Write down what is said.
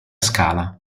scala